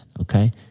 okay